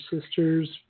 sister's